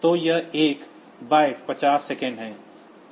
तो यह 1 by 50 second है